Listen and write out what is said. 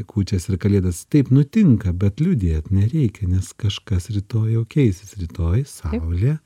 kūčias ir kalėdas taip nutinka bet liūdėt nereikia nes kažkas rytoj jau keisis rytoj saulė